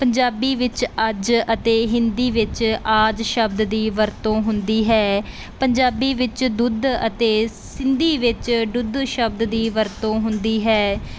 ਪੰਜਾਬੀ ਵਿੱਚ ਅੱਜ ਅਤੇ ਹਿੰਦੀ ਵਿੱਚ ਆਜ ਸ਼ਬਦ ਦੀ ਵਰਤੋਂ ਹੁੰਦੀ ਹੈ ਪੰਜਾਬੀ ਵਿੱਚ ਦੁੱਧ ਅਤੇ ਸਿੰਧੀ ਵਿੱਚ ਡੁੱਧ ਸ਼ਬਦ ਦੀ ਵਰਤੋਂ ਹੁੰਦੀ ਹੈ